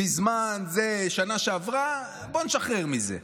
בזמן זה, בשנה שעברה, בוא נשחרר מזה.